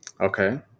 Okay